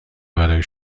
برای